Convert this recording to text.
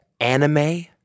anime